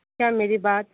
क्या मेरी बात